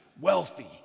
wealthy